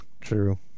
True